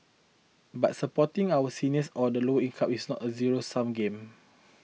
but supporting our seniors or the lower income is not a zero sum game